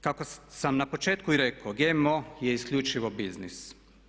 Kako sam na početku i rekao GMO je isključivo biznis.